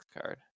card